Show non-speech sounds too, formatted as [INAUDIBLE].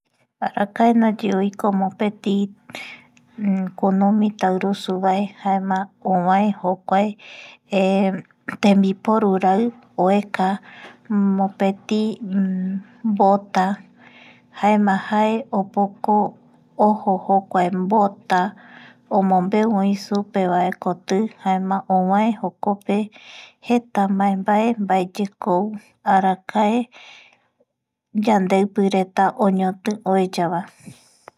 Arakae ndaye oiko mopeti kunumi tairusuvae jaema ovae jokuae [HESITATION] tembiporu rai oeka mopeti mbota jaema jae opoko oeka jokuae mbotaomombeu oi supeva koti jaema ovae jokope jeta mbae mbae mbaeyekou arakae yandeipireta oñoti oeyavae